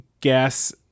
gas